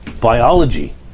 Biology